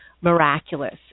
miraculous